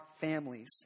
families